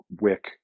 wick